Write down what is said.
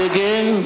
Again